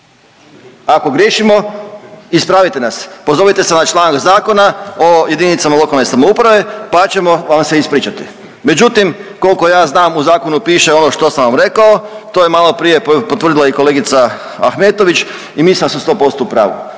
Ako griješimo, ispravite nas, pozovite se na članak Zakona o jedinicama lokalne samouprave pa ćemo vam se ispričati, međutim, koliko ja znam, u zakonu piše ono što sam vam rekao, to je maloprije potvrdila i kolegica Ahmetović i mislim da sam 100% u pravu.